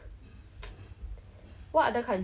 things to buy